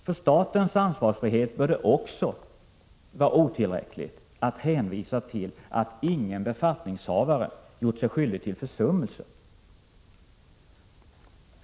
För statens ansvarsfrihet bör det också vara otillräckligt att hänvisa till att ingen befattningshavare gjort sig skyldig till försummelse.